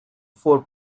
four